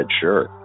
sure